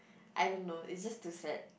I don't know is just too sad